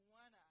one